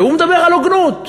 והוא מדבר על הוגנות.